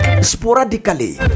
sporadically